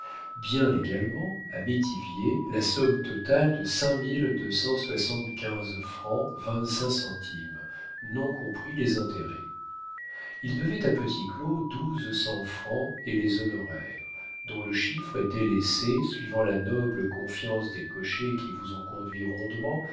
bien légalement à métivier la somme totale de cinq mille deux cent soixante-quinze francs vingt-cinq centimes non compris les intérêts il devait à petit claud douze cents francs et les honoraires dont le chiffre était laissé suivant la noble confiance des cochers qui vous ont conduit rondement